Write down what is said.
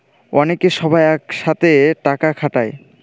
অনেকে সবাই এক সাথে টাকা খাটায়